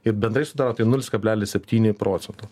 ir bendrai sudaro tai nulis kablelis septyni procento